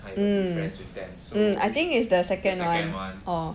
mm mm I think it's the second one orh